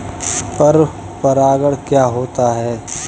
पर परागण क्या होता है?